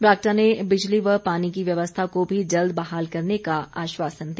बरागटा ने बिजली व पानी की व्यवस्था को भी जल्द बहाल करने का आश्वासन दिया